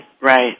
Right